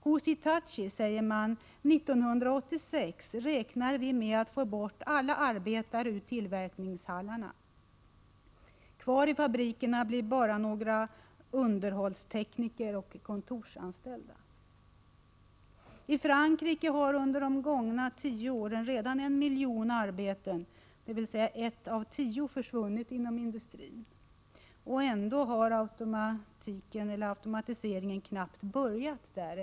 Hos Hitachi säger man: ”1986 räknar vi med att få bort alla arbetare ur tillverkningshallarna. Kvar i fabriken blir bara några underhållstekniker och kontorsanställda.” I Frankrike har under de senaste tio åren redan en miljon arbeten, dvs. ett av tio, försvunnit inom industrin. Och ändå har automatiseringen knappt börjat där.